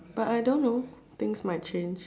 but I don't know things might change